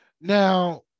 now